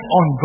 on